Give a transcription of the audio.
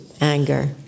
anger